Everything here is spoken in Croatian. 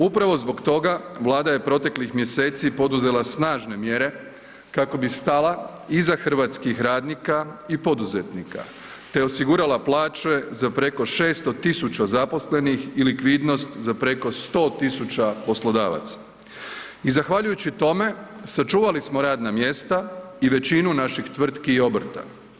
Upravo zbog toga Vlada je proteklih mjeseci poduzela snažne mjere kako bi stala iza hrvatskih radnika i poduzetnika te osigurala plaća za preko 600 tisuća zaposlenih i likvidnost za preko 100 tisuća poslodavaca i zahvaljujući tome sačuvali smo radna mjesta i većinu naših tvrtki i obrta.